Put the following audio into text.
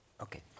Okay